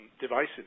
devices